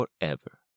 forever